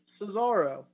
cesaro